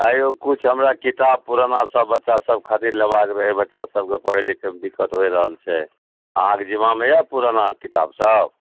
आइयो किछु हमरा किताब पुराना सब बच्चा सब खातिर लेबाक रहै बच्चा सबकऽ पढ़ै लिखैमे दिक्कत होइ रहल छै अहाँके जिमामे यऽ पुराना किताब सब